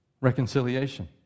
Reconciliation